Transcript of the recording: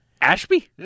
Ashby